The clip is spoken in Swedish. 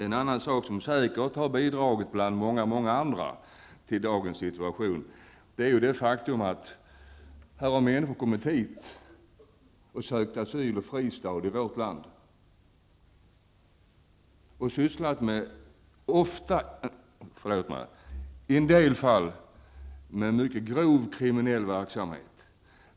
En annan sak bland många andra saker som säkert har bidragit till dagens situation är det faktum att människor har kommit hit och sökt asyl och fristad i vårt land och i en del fall ägnat sig åt en mycket grov kriminell verksamhet.